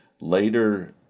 later